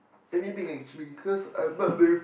anything actually because I bud with